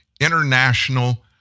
international